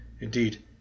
Indeed